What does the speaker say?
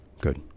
Good